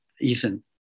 Ethan